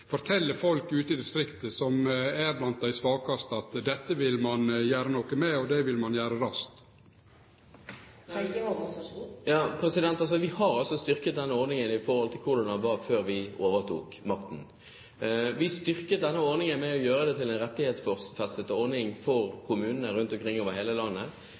folk ute i distrikta, dei som er blant dei svakaste, at dette vil ein gjere noko med, og det vil ein gjere raskt? Vi har styrket denne ordningen i forhold til hvordan den var før vi overtok makten. Vi styrket denne ordningen ved å gjøre det til en rettighetsfestet ordning for kommunene rundt omkring over hele landet,